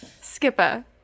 Skipper